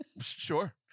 sure